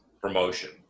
promotion